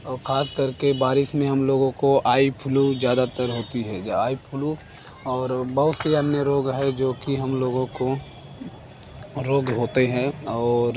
और ख़ास कर के बारिश में हम लोगों को आई फ्लू ज़्यादातर होता है आई फ्लू और बहुत से अन्य रोग है जो कि हम लोगों को रोग होते हैं और